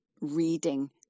reading